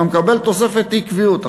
אתה מקבל תוספת אי-קביעות.